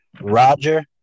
Roger